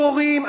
תורים.